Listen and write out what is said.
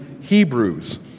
Hebrews